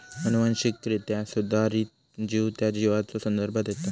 अनुवांशिकरित्या सुधारित जीव त्या जीवाचो संदर्भ देता